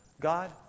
God